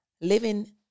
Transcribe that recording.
living